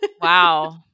Wow